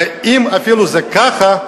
ואפילו אם זה ככה,